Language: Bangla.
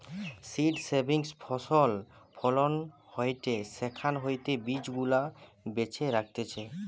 সীড সেভিং ফসল ফলন হয়টে সেখান হইতে বীজ গুলা বেছে রাখতিছে